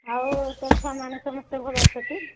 ଆଉ ତ ଛୁଆମାନେ ସମସ୍ତେ ଭଲ ଅଛନ୍ତି